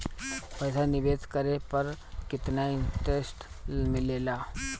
पईसा निवेश करे पर केतना इंटरेस्ट मिलेला?